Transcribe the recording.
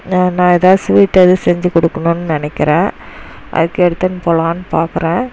நான் ஏதாவது ஸ்வீட் எதுவும் செஞ்சுக் கொடுக்கணுன்னு நினைக்கிறேன் அதுக்கு எடுத்துனு போகலானு பார்க்குறேன்